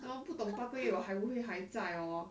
都不懂八个月我还不会还在 orh